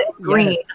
green